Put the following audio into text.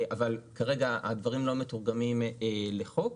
אבל כרגע הדברים לא מתורגמים לחוק,